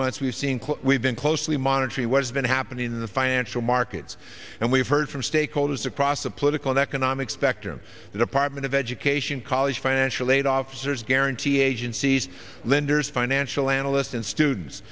months we've seen we've been closely monitoring what's been happening in the financial markets and we've heard from stakeholders across the political economic spectrum the department of education college financial aid officers guarantee agencies lenders financial analyst and students